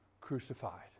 crucified